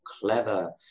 clever